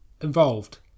involved